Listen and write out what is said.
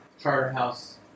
Charterhouse